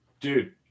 Dude